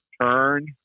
turn